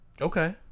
Okay